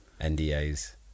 NDAs